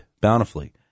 bountifully